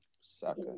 Sucker